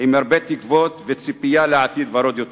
עם הרבה תקוות וציפייה לעתיד ורוד יותר.